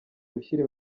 gushyira